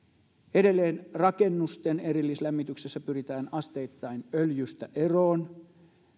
edelleen rakennusten erillislämmityksessä pyritään asteittain öljystä eroon